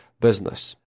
business